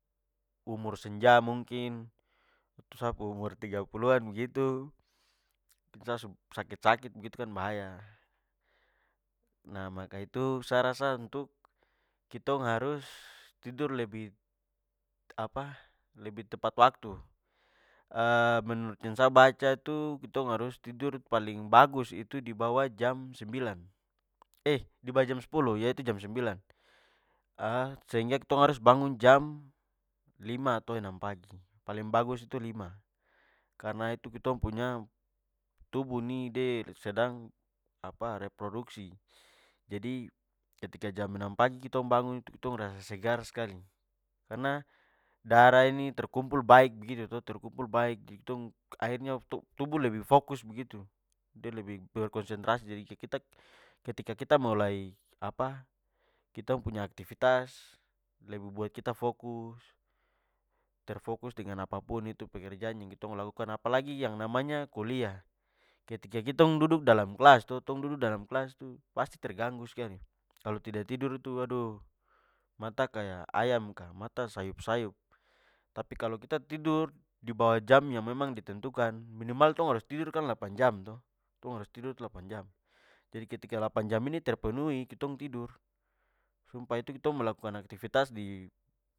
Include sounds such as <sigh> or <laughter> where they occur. Umur senja mungkin, atau sa pu umur tiga puluan begitu sa su sakit-sakit begitu kan bahaya. Nah maka itu, sa rasa untuk kitong harus tidur lebih tepat waktu. <hesitation> menurut yang sa baca tu, tong harus tidur paling bagus itu dibawah jam sembilan <hesitation> dibawah jam sepuluh yaitu jam sembilan <hesitation> sehingga ketong harus bangun jam lima atau enam pagi. Paling bagus itu lima, karna itu ketong punya tubuh ini de sedang produksi. Jadi, ketika jam enam pagi ketong bangun, ketong rasa segar skali karna darah ini terkumpul baik begitu terkumpul baik- akhirnya tubuh lebih fokus begitu. De lebih berkonsentrasi ketika kita mulai apa kitong punya aktivitas lebih buat kita fokus, terfokus dengan apapun itu pekerjaan yang kitong lakukan. Apalagi yangg namanya kuliah. Ketika ketong duduk dalam kelas, tong duduk dalam kelas tu pasti terganggu skali. Kalo tidak tidur itu, aduh mata kaya ayam ka, mata sayup-sayup. Tapi kalo kita tidur di bawah jam yang memang ditentukan, minimal tong harus kan tidur delapan jam to? Tong harus tidur delapan jam. Jadi kalo delapan jam ini terpenuhi kitong tidur, sumpah itu ketong melakukan aktivitas di